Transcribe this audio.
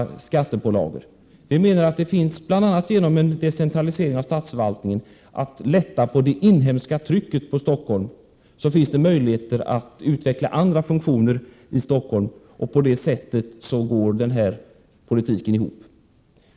1987/88:127 Vi menar att det — bl.a. genom en decentralisering av statsförvaltningen 26 maj 1988 finns möjlighet att lätta på det inhemska trycket på Stockholm. Då finns det möjligheter att utveckla andra funktioner i Stockholm. På det sättet går den här politiken ihop.